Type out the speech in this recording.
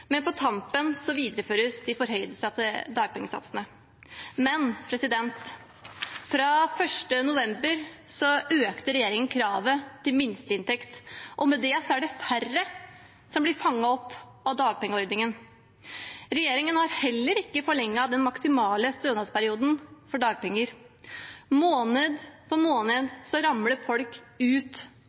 men på tampen videreføres de forhøyede dagpengesatsene. Fra 1. november økte imidlertid regjeringen kravet til minsteinntekt, og med det er det færre som blir fanget opp av dagpengeordningen. Regjeringen har heller ikke forlenget den maksimale stønadsperioden for dagpenger. Måned etter måned ramler folk ut